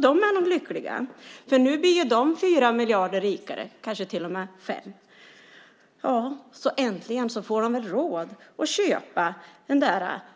De är nog lyckliga. Nu blir ju de 4 miljarder rikare, kanske till och med 5. Äntligen får de väl råd att köpa